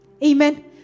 Amen